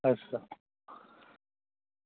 अच्छा